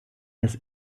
das